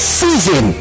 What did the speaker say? season